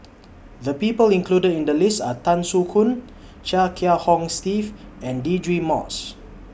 The People included in The list Are Tan Soo Khoon Chia Kiah Hong Steve and Deirdre Moss